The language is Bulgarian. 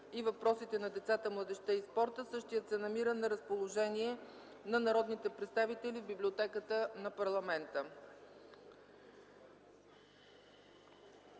и въпросите на децата, младежта и спорта. Същият се намира на разположение на народните представители в Библиотеката на парламента.